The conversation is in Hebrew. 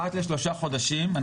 אחת לשלושה חודשים,